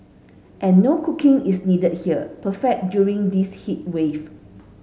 and no cooking is needed here perfect during this heat wave